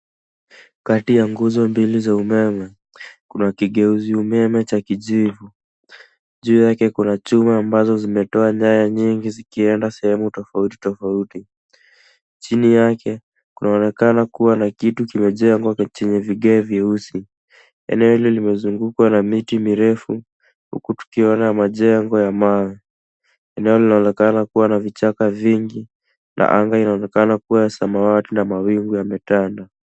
Kati ya nguzo mbili za umeme, kuna kigeuzi umeme cha kijivu. Juu yake kuna chuma ambazo zimetoa nyaya nyingi zikienda sehemu tofautitofauti. Chini yake kunaonekana kuwa na kitu kimejengwa na chenye vigae vyeusi. Eneo huli limezungukwa na miti mirefu huku tukiona majengo ya mawe. Eneo linaonekana kuwa na vichaka vingi na anga inaonekana kuwa ya samawati na mawingu yametanda.